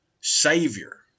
Savior